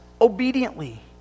obediently